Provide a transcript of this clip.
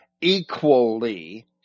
equally